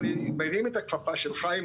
ואני מרים את הכפפה של חיים,